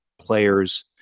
players –